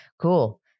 Cool